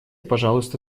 пожалуйста